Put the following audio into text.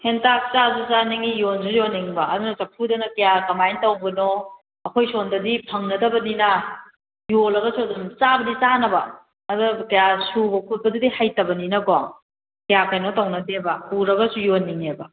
ꯍꯦꯟꯇꯥꯛ ꯆꯥꯁꯨ ꯆꯥꯅꯤꯡꯉꯤ ꯌꯣꯟꯁꯨ ꯌꯣꯟꯅꯤꯡꯕ ꯑꯗꯨꯅ ꯆꯐꯨꯗꯅ ꯀꯌꯥ ꯀꯃꯥꯏꯅ ꯇꯧꯕꯅꯣ ꯑꯩꯈꯣꯏ ꯁꯣꯝꯗꯗꯤ ꯐꯪꯅꯗꯕꯅꯤꯅ ꯌꯣꯜꯂꯒꯁꯨ ꯑꯗꯨꯝ ꯆꯥꯕꯗꯤ ꯆꯥꯟꯅꯕ ꯑꯗ ꯀꯌꯥ ꯁꯨꯕ ꯈꯣꯠꯄꯗꯨꯗꯤ ꯍꯩꯇꯕꯅꯤꯅꯀꯣ ꯀꯌꯥ ꯀꯩꯅꯣ ꯇꯧꯅꯗꯦꯕ ꯁꯨꯔꯒꯁꯨ ꯌꯣꯟꯅꯤꯡꯉꯦꯕ